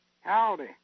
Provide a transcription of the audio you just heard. Howdy